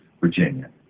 Virginia